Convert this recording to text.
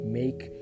make